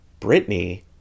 Britney